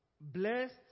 Blessed